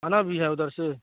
آنا بھی ہے ادھر سے